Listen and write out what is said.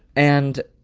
and